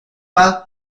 pas